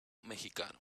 mexicano